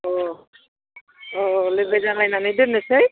अ अ अ लोगो जालायनानै दोननोसै